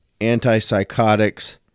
antipsychotics